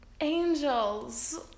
Angels